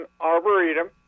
Arboretum